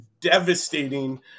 devastating